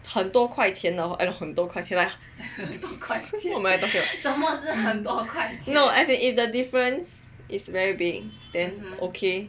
很多块钱很多块钱 like what am I talking about no as in if the difference is very big then okay